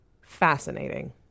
fascinating